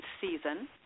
season